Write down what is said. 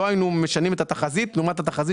לא היינו משנים את התחזית לעומת התחזית